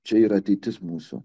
čia yra ateitis mūsų